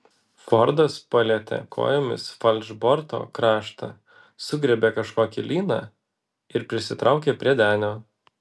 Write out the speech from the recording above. fordas palietė kojomis falšborto kraštą sugriebė kažkokį lyną ir prisitraukė prie denio